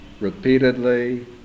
repeatedly